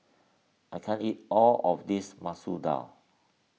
I can't eat all of this Masoor Dal